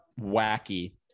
wacky